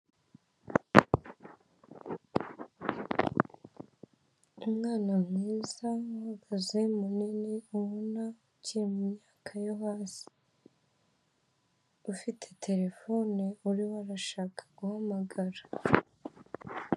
Umwana mwiza uhagaze munini ubona ukiri mu myaka yo hasi ufite terefone urimo arashaka guhamagara.